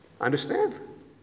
Understand